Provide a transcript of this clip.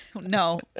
no